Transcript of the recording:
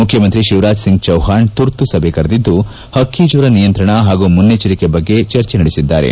ಮುಖ್ವಮಂತ್ರಿ ಶಿವಾರಾಜ್ ಸಿಂಗ್ ಚೌವ್ವಾಣ್ ತುರ್ತು ಸಭೆ ಕರೆದಿದ್ದು ಪಕ್ಕಿ ಜ್ವರ ನಿಯಂತ್ರಣ ಪಾಗೂ ಮುನ್ನೆಚ್ವರಿಕೆ ಬಗ್ಗೆ ಚರ್ಚೆ ನಡೆಸಿದ್ದಾರೆ